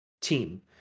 team